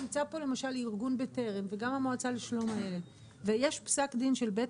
נמצא פה למשל ארגון 'בטרם' וגם המועצה לשלום הילד ויש פסק דין של בית